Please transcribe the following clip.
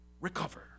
recover